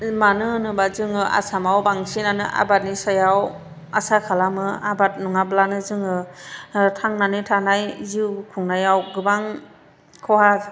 मानो होनोब्ला जोङो आसामाव बांसिनानो आबादनि सायाव आसा खालामो आबाद नङाब्लानो जोङो थांनानै थानाय जिउ खुंनायाव गोबां खहा